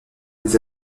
des